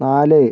നാല്